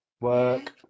work